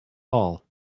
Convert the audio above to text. all